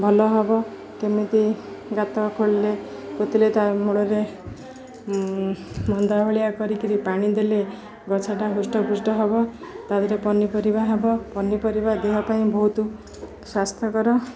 ଭଲ ହବ କେମିତି ଗାତ ଖୋଳିଲେ ପୋତିିଲେ ତା' ମୂଳରେ ମନ୍ଦା ଭଳିଆ କରିକି ପାଣି ଦେଲେ ଗଛଟା ହୃଷ୍ଟପୃଷ୍ଟ ହବ ତା' ଦେହରେ ପନିପରିବା ହବ ପନିପରିବା ଦେହ ପାଇଁ ବହୁତ ସ୍ୱାସ୍ଥ୍ୟକର